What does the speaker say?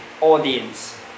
audience